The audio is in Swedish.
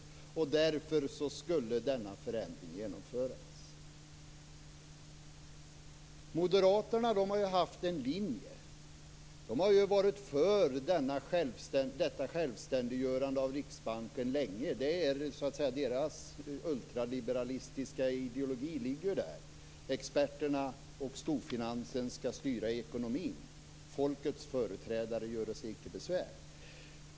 Därför skulle denna förändring genomföras. Moderaterna har haft en linje. De har länge varit för ett självständiggörande av Riksbanken. Deras ultraliberala ideologi ligger där. Experterna och storfinansen skall styra ekonomin. Folkets företrädare göre sig icke besvär.